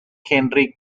henry